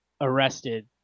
arrested